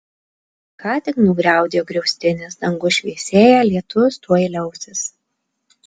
ką tik nugriaudėjo griaustinis dangus šviesėja lietus tuoj liausis